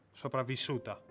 sopravvissuta